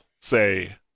say